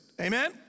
Amen